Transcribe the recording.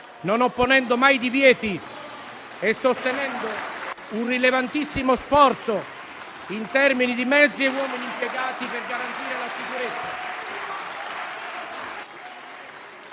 non opponendo mai divieti e sostenendo un rilevantissimo sforzo in termini di mezzi e uomini impiegati per garantire la sicurezza.